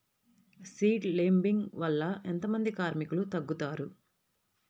Seed లేంబింగ్ వల్ల ఎంత మంది కార్మికులు తగ్గుతారు?